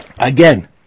Again